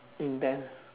intense